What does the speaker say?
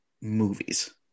movies